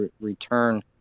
return